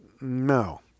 No